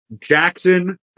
Jackson